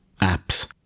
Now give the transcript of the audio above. apps